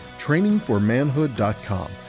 trainingformanhood.com